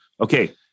Okay